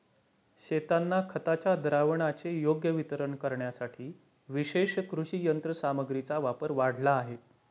शेतांना खताच्या द्रावणाचे योग्य वितरण करण्यासाठी विशेष कृषी यंत्रसामग्रीचा वापर वाढला आहे